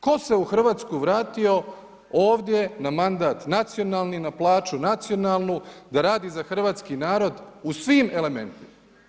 Ko se u Hrvatsku vratio ovdje na mandat nacionalni, na plaću nacionalnu da radi za hrvatski narod u svim elementima?